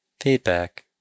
Feedback